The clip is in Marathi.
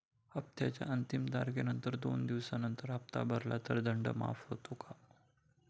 हप्त्याच्या अंतिम तारखेनंतर दोन दिवसानंतर हप्ता भरला तर दंड माफ होतो का?